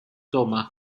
tomas